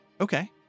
Okay